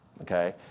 Okay